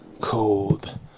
cold